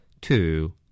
two